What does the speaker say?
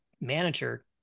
manager